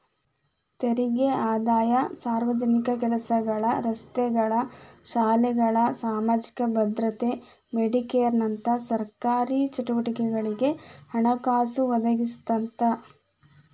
ತೆರಿಗೆ ಆದಾಯ ಸಾರ್ವಜನಿಕ ಕೆಲಸಗಳ ರಸ್ತೆಗಳ ಶಾಲೆಗಳ ಸಾಮಾಜಿಕ ಭದ್ರತೆ ಮೆಡಿಕೇರ್ನಂತ ಸರ್ಕಾರಿ ಚಟುವಟಿಕೆಗಳಿಗೆ ಹಣಕಾಸು ಒದಗಿಸ್ತದ